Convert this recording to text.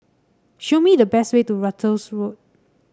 show me the best way to Ratus Road